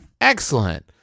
Excellent